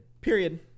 Period